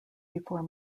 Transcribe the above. before